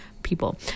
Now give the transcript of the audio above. people